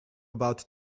about